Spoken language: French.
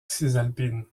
cisalpine